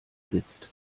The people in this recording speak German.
sitzt